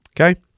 Okay